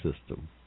system